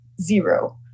zero